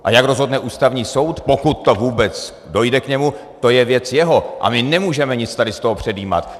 A jak rozhodne Ústavní soud, pokud k němu vůbec dojde, to je věc jeho a my nemůžeme nic tady z toho předjímat.